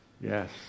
Yes